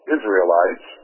Israelites